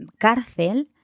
cárcel